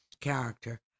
character